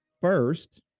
First